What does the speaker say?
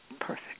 Perfect